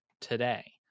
today